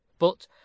but